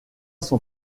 son